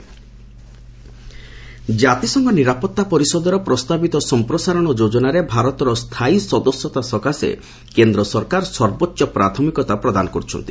LS UNSC ଜାତିସ୍ଘ ନିରାପତ୍ତା ପରିଷଦର ପ୍ରସ୍ତାବିତ ସଂପ୍ରସାରଣ ଯୋଜନାରେ ଭାରତର ସ୍ଥାୟୀ ସଦସ୍ୟତା ସକାଶେ କେନ୍ଦ୍ର ସରକାର ସର୍ବୋଚ୍ଚ ପ୍ରାଥମିକତା ପ୍ରଦାନ କରୁଛନ୍ତି